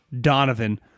Donovan